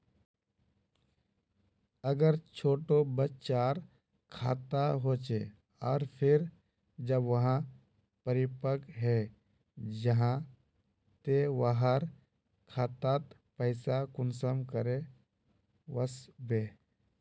अगर छोटो बच्चार खाता होचे आर फिर जब वहाँ परिपक है जहा ते वहार खातात पैसा कुंसम करे वस्बे?